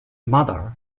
mother